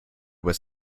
was